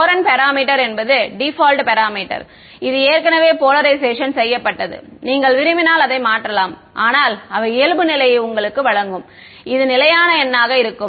கோரண்ட் parameter என்பது default parameter இது ஏற்கனவே போலரைஷேஷன் செய்யப்பட்டது நீங்கள் விரும்பினால் அதை மாற்றலாம் ஆனால் அவை இயல்புநிலையை உங்களுக்கு வழங்கும் இது நிலையான எண்ணாக இருக்கும்